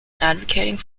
advocating